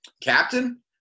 Captain